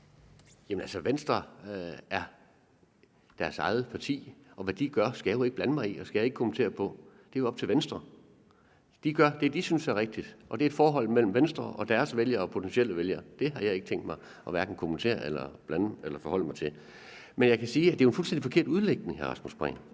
Jamen Venstre er deres eget parti, og hvad de gør, skal jeg jo ikke blande mig i, og det skal jeg ikke kommentere. Det er jo op til Venstre. De gør det, som de synes er rigtigt. Det er et forhold mellem Venstre og deres vælgere og deres potentielle vælgere, og det har jeg hverken tænkt mig at kommentere, blande mig i eller forholde mig til. Men jeg kan sige til hr. Rasmus Prehn, at det jo er en fuldstændig forkert udlægning at sige,